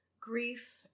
grief